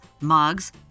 mugs